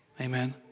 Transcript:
Amen